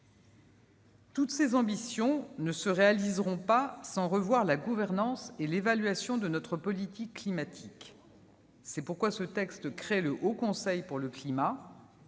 Toutes ces ambitions ne se réaliseront pas sans une révision de la gouvernance et de l'évaluation de notre politique climatique. C'est pourquoi le présent texte crée le Haut Conseil pour le climat,